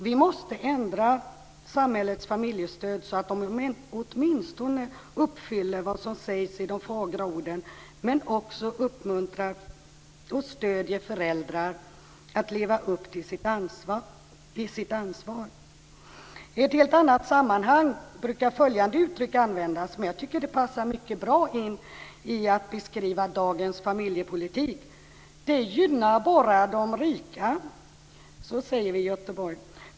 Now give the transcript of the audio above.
Vi måste ändra samhällets familjestöd så att det åtminstone uppfyller det som sägs i de fagra orden, men också uppmuntrar och stöder föräldrar att leva upp till sitt ansvar. I ett helt annat sammanhang brukar följande uttryck användas, men jag tycker att det passar mycket bra för att beskriva dagens familjepolitik: Den gynnar bara de rika! Så säger vi i Göteborg.